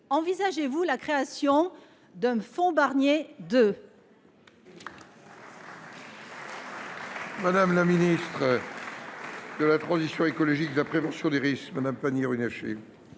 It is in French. envisagez vous la création d’un « fonds Barnier II